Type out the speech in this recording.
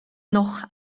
noch